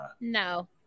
No